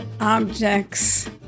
objects